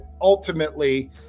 ultimately